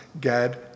Gad